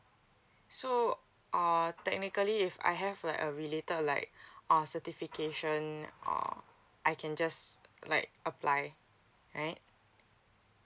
so uh technically if I have like a related like or certification uh I can just like apply right